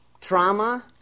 trauma